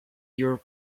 your